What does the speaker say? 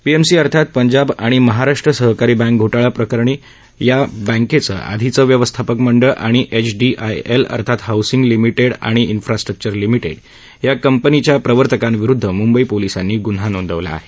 PMC अर्थात पंजाब आणि महाराष्ट्र सहकारी बँक घोटाळा प्रकरणी या बँकेचं आधीचं व्यवस्थापक मंडळ आणि एचडीआयएल अर्थात हाऊसिंग लिमिटेड आणि इन्फ्रास्ट्रक्चर लिमिटेड या कंपनीच्या प्रवर्तकांविरुद्ध म्ंबई पोलिसांनी ग्न्हा नोंदवला आहे